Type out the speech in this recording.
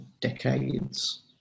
decades